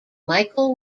michael